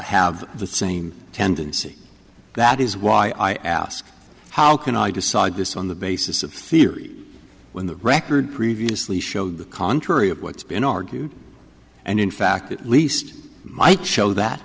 have the same tendency that is why i ask how can i decide this on the basis of theory when the record previously showed the contrary of what's been argued and in fact at least might show that